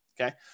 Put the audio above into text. okay